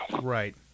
Right